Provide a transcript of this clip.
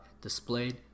displayed